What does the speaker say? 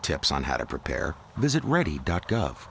tips on how to prepare visit ready dot gov